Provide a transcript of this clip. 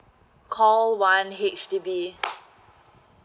call one H_D_B